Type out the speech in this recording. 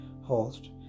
host